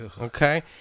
Okay